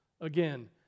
Again